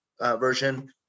version